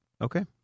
okay